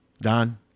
Don